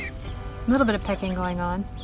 a little bit of pecking going on.